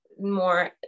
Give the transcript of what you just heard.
more